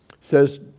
says